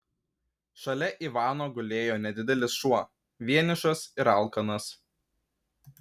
šalia ivano gulėjo nedidelis šuo vienišas ir alkanas